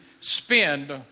spend